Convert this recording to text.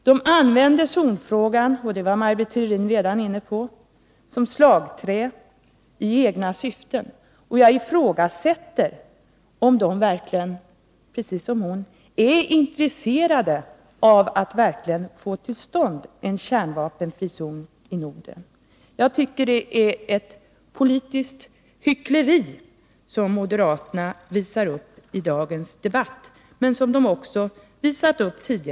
De använder zonfrågan — det var Maj Britt Theorin inne på — som slagträ i egna syften. Jag ifrågasätter om de verkligen är intresserade av att få till stånd en kärnvapenfri zon i Norden. Jag tycker att moderaterna i dagens debatt gör sig skyldiga till politiskt hyckleri.